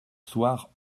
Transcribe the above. soir